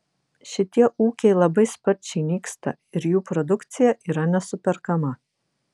šitie ūkiai labai sparčiai nyksta ir jų produkcija yra nesuperkama